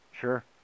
Sure